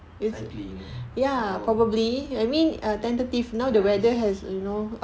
cycling oh nice